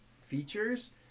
features